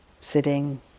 sitting